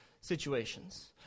situations